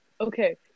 okay